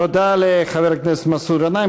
תודה לחבר הכנסת מסעוד גנאים.